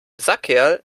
sackerl